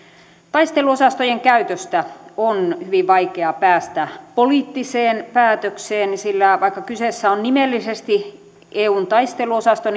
taisteluosastojen käytöstä on hyvin vaikeaa päästä poliittiseen päätökseen sillä vaikka kyseessä on nimellisesti eun taisteluosasto